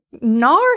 NAR